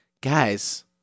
Guys